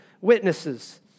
witnesses